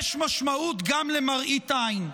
יש משמעות גם למראית עין.